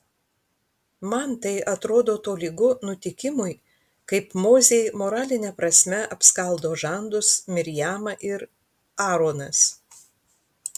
man tai atrodo tolygu nutikimui kaip mozei moraline prasme apskaldo žandus mirjama ir aaronas